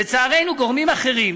"לצערנו, גורמים אחרים,